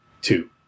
Two